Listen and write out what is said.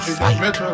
fight